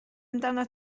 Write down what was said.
amdanat